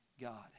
God